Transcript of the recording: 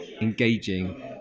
engaging